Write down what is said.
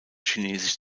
chinesisch